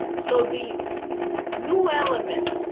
so the new element,